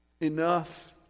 enough